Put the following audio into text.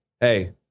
hey